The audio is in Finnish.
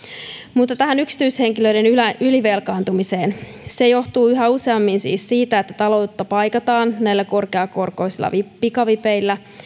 mutta tähän yksityishenkilöiden ylivelkaantumiseen se johtuu yhä useammin siis siitä että taloutta paikataan näillä korkeakorkoisilla pikavipeillä